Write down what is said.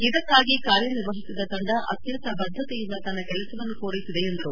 ಇದಕ್ಕಾಗಿ ಕಾರ್ಯನಿರ್ವಹಿಸಿದ ತಂಡ ಅತ್ಯಂತ ಬದ್ದತೆಯಿಂದ ತನ್ನ ಕೆಲಸವನ್ನು ಪೂರ್ಲೆಸಿದೆ ಎಂದರು